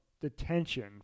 detention